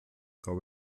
gab